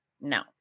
no